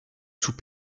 sous